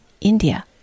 India